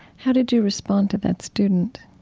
how did you respond to that student?